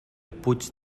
puig